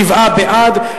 שבעה בעד,